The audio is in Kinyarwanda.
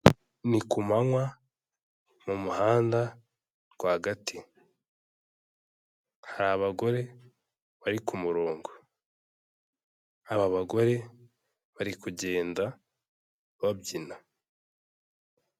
Ni ku manywa, mu muhanda rwagati hari abagore bari ku murongo, aba bagore bari kugenda babyina.